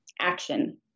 action